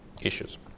issues